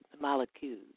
molecules